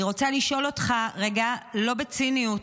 אני רוצה לשאול אותך רגע לא בציניות,